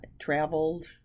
traveled